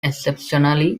exceptionally